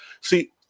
see